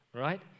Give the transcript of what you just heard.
right